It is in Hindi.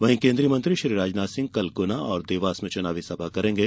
वहीं केंद्रीय मंत्री श्री राजनाथ सिंह कल गुना और देवास में चुनावी सभा करेंगे